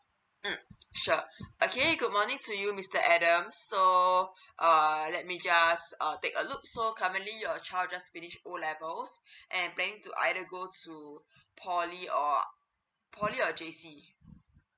um sure okay good morning to you mr adam so err let me just uh take a look so currently your child just finish O levelS and planning to either go to poly or poly or J_C